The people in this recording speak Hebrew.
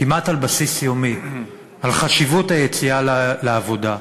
כמעט על בסיס יומי על חשיבות היציאה לעבודה,